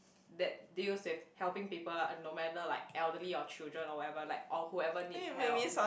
that deals with helping people ah no matter like elderly or children or whatever like or whoever needs help